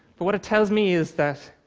but what it tells me is that,